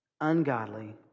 ungodly